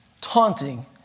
taunting